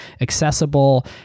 accessible